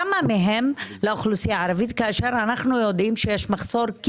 כמה מהם לאוכלוסייה הערבית כאשר אנו יודעים שיש מחסור,